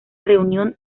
reunión